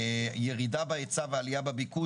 להזכיר פה כמה בעיות.